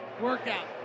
workout